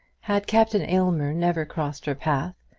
had captain aylmer never crossed her path,